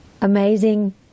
amazing